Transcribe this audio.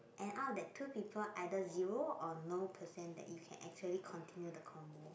and out of the two people either zero or no percent that you can actually continue the convo